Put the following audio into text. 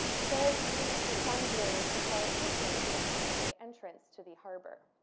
serres used the sun's rays to call attention to the primary entrance to the harbor.